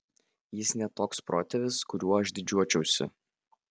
jis ne toks protėvis kuriuo aš didžiuočiausi